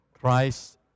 Christ